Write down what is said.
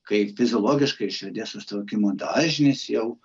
kai fiziologiškai širdies susitraukimo dažnis jau